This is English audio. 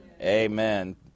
Amen